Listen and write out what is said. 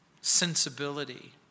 sensibility